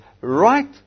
right